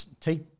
take